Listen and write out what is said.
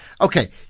Okay